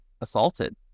assaulted